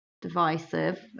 divisive